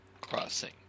Crossing